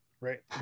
right